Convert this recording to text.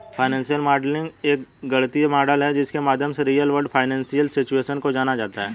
financial modelling एक गणितीय model है जिसके माध्यम से रियल वर्ल्ड फाइनेंशियल सिचुएशन को जाना जाता है